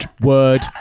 Word